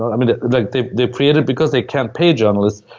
um and like they they create it because they can't pay journalists.